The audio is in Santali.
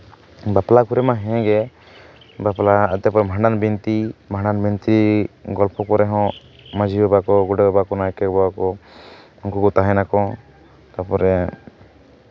ᱵᱟᱯᱞᱟ ᱠᱚᱨᱮ ᱢᱟ ᱦᱮᱸᱜᱮ ᱵᱟᱯᱞᱟ ᱛᱟᱨᱯᱚᱨ ᱵᱷᱟᱸᱰᱟᱱ ᱵᱤᱱᱛᱤ ᱵᱷᱟᱸᱰᱟᱱ ᱵᱤᱱᱛᱤ ᱜᱚᱞᱯᱷᱚ ᱠᱚᱨᱮ ᱦᱚᱸ ᱢᱟᱹᱡᱷᱤ ᱵᱟᱵᱟ ᱠᱚ ᱜᱚᱰᱮᱛ ᱵᱟᱵᱟ ᱠᱚ ᱱᱟᱭᱠᱮ ᱵᱟᱵᱟ ᱠᱚ ᱩᱱᱠᱩ ᱠᱚ ᱛᱟᱦᱮᱸ ᱱᱟᱠᱚ ᱛᱟᱨᱯᱚᱨᱮ